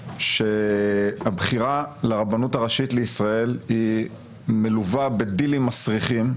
שהבחירה לרבנות הראשית לישראל היא מלווה בדילים מסריחים,